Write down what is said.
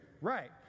right